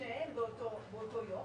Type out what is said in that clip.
שניהם באותו יום,